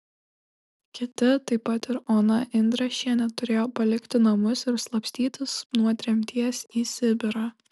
kiti taip pat ir ona indrašienė turėjo palikti namus ir slapstytis nuo tremties į sibirą